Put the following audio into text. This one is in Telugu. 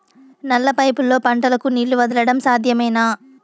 నల్ల పైపుల్లో పంటలకు నీళ్లు వదలడం సాధ్యమేనా?